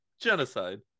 Genocide